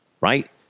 right